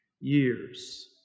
years